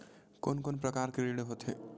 कोन कोन प्रकार के ऋण होथे?